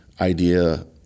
idea